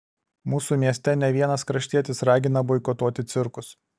mūsų mieste ne vienas kraštietis ragina boikotuoti cirkus